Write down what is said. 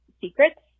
secrets